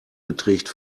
beträgt